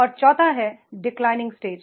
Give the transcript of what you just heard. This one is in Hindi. और चौथा है डिक्लि निंग स्टेज